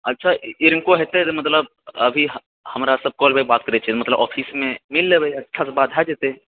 अच्छा इनको हेतै मतलब अभी हमरा सबकेँ लेबए बात करै छै मतलब ऑफिसमे मिल लेबै अच्छासँ बात हइ जेतै